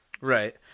Right